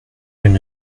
elle